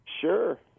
Sure